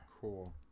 Cool